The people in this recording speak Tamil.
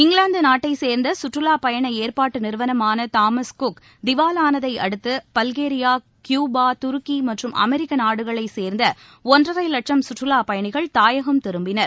இங்கிலாந்து நாட்டைச்சேர்ந்த கற்றுவாப் பயண ஏற்பாட்டு நிறுவனமான தாமஸ் குக் நிறுவனம் திவாலானதை அடுத்து பல்கேரியா கியூபா துருக்கி மற்றும் அமெரிக்க நாடுகளைச் சேர்ந்த ஒன்றரை லட்சம் சுற்றுலாப்பயணிகள் தாயகம் திரும்பினர்